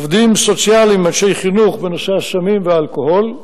עובדים סוציאליים ואנשי חינוך בנושא סמים ואלכוהול,